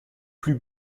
plus